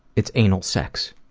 it's anal sex.